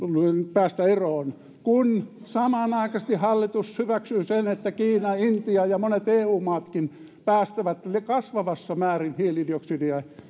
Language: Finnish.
päästä eroon kun samanaikaisesti hallitus hyväksyy sen että kiina intia ja monet eu maatkin päästävät kasvavassa määrin hiilidioksidia